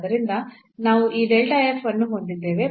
ಆದ್ದರಿಂದ ನಾವು ಈ ಅನ್ನು ಹೊಂದಿದ್ದೇವೆ